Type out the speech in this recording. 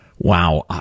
Wow